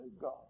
God